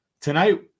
Tonight